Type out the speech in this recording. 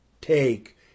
take